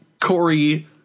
Corey